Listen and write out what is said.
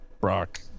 Brock